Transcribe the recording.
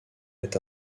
est